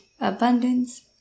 abundance